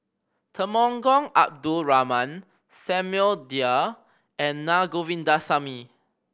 Temenggong Abdul Rahman Samuel Dyer and Na Govindasamy